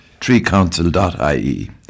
treecouncil.ie